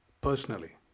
personally